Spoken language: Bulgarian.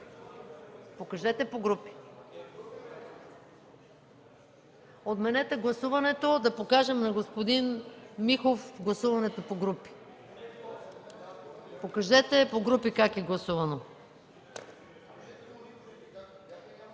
МАЯ МАНОЛОВА: Отменете гласуването – да покажем на господин Михов гласуването по групи. Покажете по групи как е гласувано.